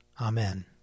Amen